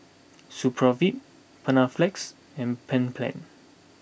Supravit Panaflex and Bedpans